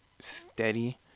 steady